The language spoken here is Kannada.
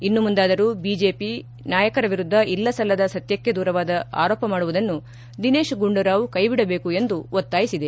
ಇನ್ನು ಮುಂದಾದರೂ ಬಿಜೆಪಿ ನಾಯಕರ ವಿರುದ್ದ ಇಲ್ಲಸಲ್ಲದ ಸತ್ಯಕ್ಕೆ ದೂರವಾದ ಆರೋಪ ಮಾಡುವುದನ್ನು ದಿನೇಶ್ ಗುಂಡೂರಾವ್ ಕೈಬಿಡಬೇಕು ಎಂದು ಒತ್ತಾಯಿಸಿದೆ